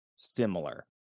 similar